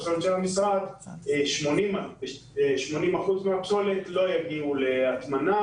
למצב ש-80% מהפסולת לא יגיעו להטמנה